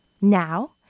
Now